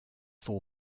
four